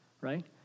right